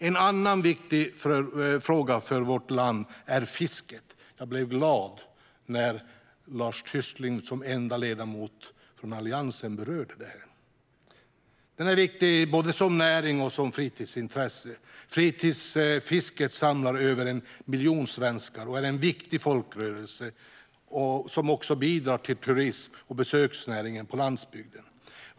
En annan viktig fråga för vårt land är fisket. Jag blev glad när Lars Tysklind som enda ledamot från Alliansen berörde det. Det är viktigt både som näring och som fritidsintresse. Fritidsfisket samlar över 1 miljon svenskar och är en viktig folkrörelse som också bidrar till turism och besöksnäringen på landsbygden.